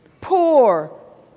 poor